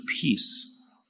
peace